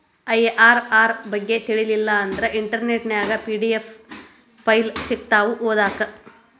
IRR ಬಗ್ಗೆ ತಿಳಿಲಿಲ್ಲಾ ಅಂದ್ರ ಇಂಟರ್ನೆಟ್ ನ್ಯಾಗ ಪಿ.ಡಿ.ಎಫ್ ಫೈಲ್ ಸಿಕ್ತಾವು ಓದಾಕ್